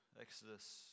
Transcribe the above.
Exodus